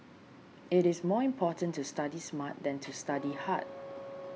it is more important to study smart than to study hard